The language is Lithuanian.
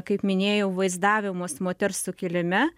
kaip minėjau vaizdavimas moters sukilime